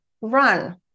run